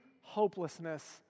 hopelessness